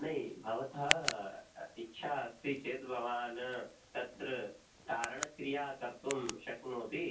नै भवतः इच्छा अस्ति चेद् भवान् तत्र तारणक्रिया कर्तुं शक्नोति